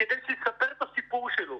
כדי שיספר את הסיפור שלו.